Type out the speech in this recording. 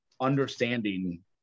understanding